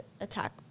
attack